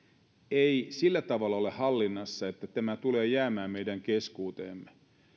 ei sillä tavalla ole hallinnassa että tämä tulee jäämään meidän keskuuteemme